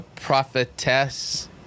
prophetess